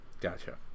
Gotcha